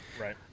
Right